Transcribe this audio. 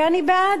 ואני בעד.